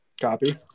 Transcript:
Copy